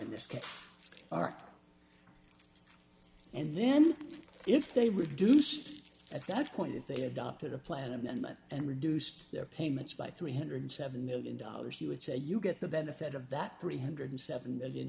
in this case aren't and then if they reduced at that point if they adopted a plan amendment and reduced their payments by three hundred and seventy million dollars you would say you get the benefit of that three hundred and seven million